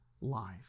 life